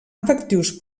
efectius